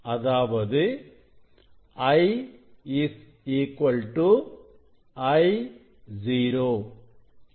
அதாவது I Io ஆகும்